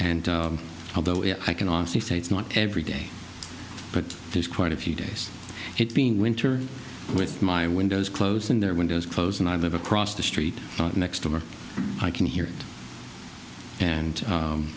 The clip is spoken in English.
and although i can honestly say it's not every day but there's quite a few days it being winter with my windows closed and their windows closed and i live across the street next door i can hear and